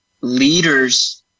leaders